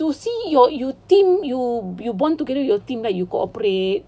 to see your you think you bond together with your team like you cooperate